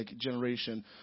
generation